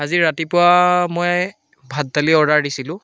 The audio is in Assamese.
আজি ৰাতিপুৱা মই ভাত দালি অৰ্ডাৰ দিছিলোঁ